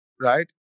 right